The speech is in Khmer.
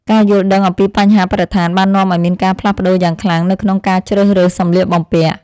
ការយល់ដឹងអំពីបញ្ហាបរិស្ថានបាននាំឱ្យមានការផ្លាស់ប្តូរយ៉ាងខ្លាំងនៅក្នុងការជ្រើសរើសសម្លៀកបំពាក់។